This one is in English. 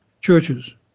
churches